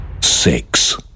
six